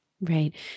Right